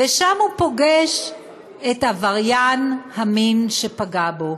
ושם הוא פוגש את עבריין המין שפגע בו.